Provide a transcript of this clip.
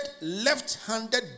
left-handed